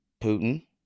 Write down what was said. Putin